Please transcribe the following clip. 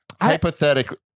Hypothetically